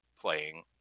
playing